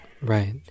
Right